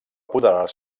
apoderar